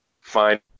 Find